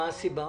מה הסיבה?